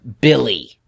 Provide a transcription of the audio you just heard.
Billy